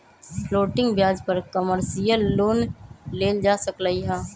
floating ब्याज पर commercial loan लेल जा सकलई ह